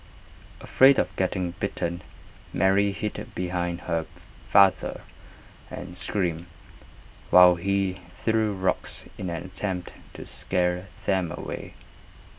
afraid of getting bitten Mary hid behind her father and screamed while he threw rocks in an attempt to scare them away